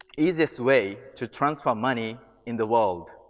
easiest way to transfer money in the world.